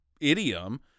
idiom